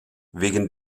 wegen